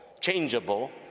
changeable